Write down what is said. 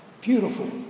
beautiful